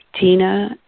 Tina